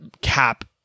cap